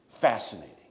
Fascinating